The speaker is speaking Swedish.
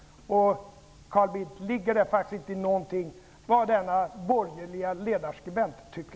Carl Bildt! Ligger det ändå inte någonting i vad denna borgerliga ledarskribent tycker?